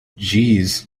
jeez